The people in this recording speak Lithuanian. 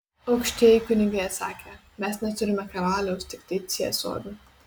aukštieji kunigai atsakė mes neturime karaliaus tiktai ciesorių